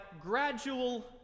gradual